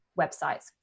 websites